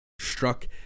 struck